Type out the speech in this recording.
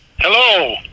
Hello